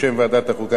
בשם ועדת החוקה,